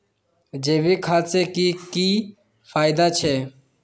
जैविक खाद से की की फायदा छे?